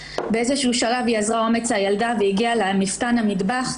באיזשהו שלב הילדה אזרה אומץ והגיעה אל מפתן המטבח.